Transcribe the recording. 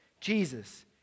Jesus